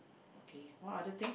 okay what other thing